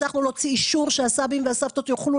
הצלחנו להוציא אישור שהסבים והסבתות יוכלו